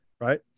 right